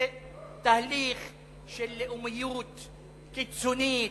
זה תהליך של לאומיות קיצונית,